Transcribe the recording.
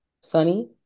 Sunny